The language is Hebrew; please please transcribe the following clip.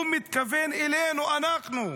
הוא מתכוון אלינו, אנחנו,